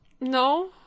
no